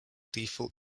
default